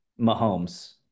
Mahomes